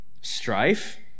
Strife